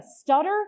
stutter